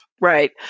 Right